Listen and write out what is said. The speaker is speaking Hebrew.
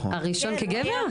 הראשון כגבר?